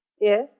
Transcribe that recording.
Yes